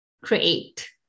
create